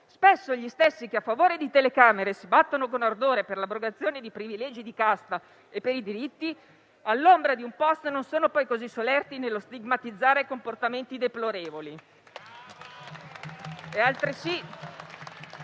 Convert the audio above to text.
spesso gli stessi che a favore di telecamere si battono con ardore per l'abrogazione di privilegi di casta e per i diritti, all'ombra di un *post* non sono poi così solerti nello stigmatizzare comportamenti deplorevoli.